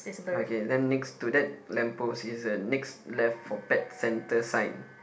okay then next to that lamp post is the next left for pet centre sign